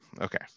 Okay